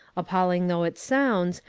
appalling though it sounds,